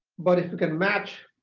but if we can match